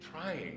Trying